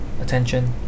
attention